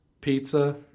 Pizza